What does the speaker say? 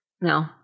No